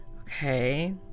okay